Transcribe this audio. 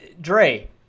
Dre